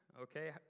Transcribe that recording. okay